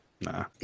Nah